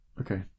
Okay